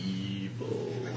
evil